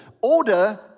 Order